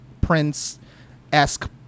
Prince-esque